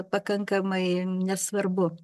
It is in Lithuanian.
pakankamai nesvarbu